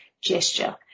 gesture